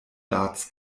darts